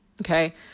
Okay